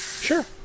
Sure